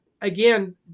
again